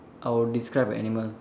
I'll describe a animal